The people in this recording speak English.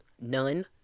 none